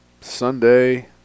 Sunday